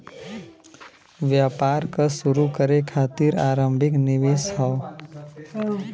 व्यापार क शुरू करे खातिर आरम्भिक निवेश हौ